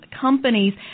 companies